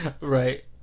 Right